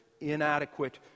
inadequate